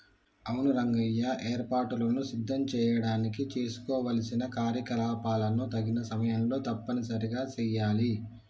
అవును రంగయ్య ఏర్పాటులను సిద్ధం చేయడానికి చేసుకోవలసిన కార్యకలాపాలను తగిన సమయంలో తప్పనిసరిగా సెయాలి